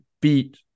beat